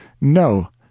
No